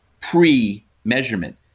pre-measurement